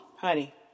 honey